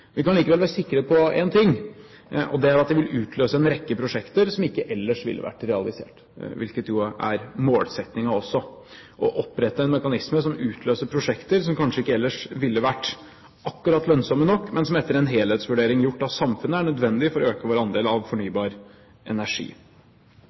Vi kan likevel være sikre på én ting, og det er at det vil utløse en rekke prosjekter som ellers ikke ville blitt realisert, hvilket jo er målsettingen også: å opprette en mekanisme som utløser prosjekter som kanskje ellers ikke ville vært lønnsomme nok, men som etter en helhetsvurdering gjort av samfunnet er nødvendige for å øke vår andel av